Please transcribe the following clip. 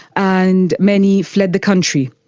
and many fled the country.